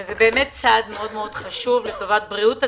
וזה באמת צעד מאוד מאוד חשוב לטובת בריאות הציבור.